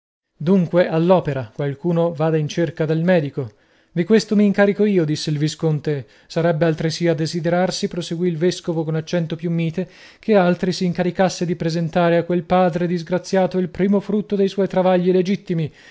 dunque all'opera qualcuno vada in cerca del medico di questo mi incarico io disse il visconte sarebbe altresì a desiderarsi proseguì il vescovo con accento più mite che altri si incaricasse di presentare a quel padre disgraziato il primo frutto dei suoi travagli legittimi